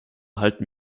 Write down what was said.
halten